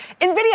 NVIDIA